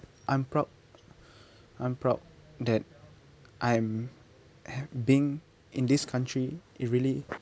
I'm proud I'm proud that I am ha~ being in this country it really